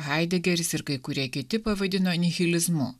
haidegeris ir kai kurie kiti pavadino nihilizmu